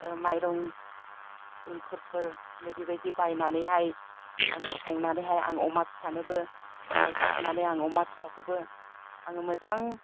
माइरं इंखुरफोर नै बिबायदि बायनानैहाय आङो संनानैहाय आङो अमा फिसानोबो आङो जाहोनानै आङो अमा फिसाखौबो आङो मोजां